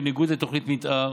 בניגוד לתוכנית מתאר